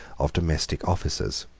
of domestic officers.